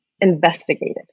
investigated